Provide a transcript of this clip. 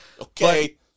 Okay